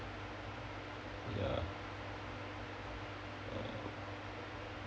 ya uh